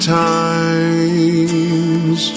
times